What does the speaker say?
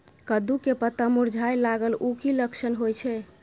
कद्दू के पत्ता मुरझाय लागल उ कि लक्षण होय छै?